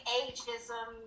ageism